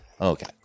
Okay